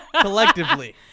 Collectively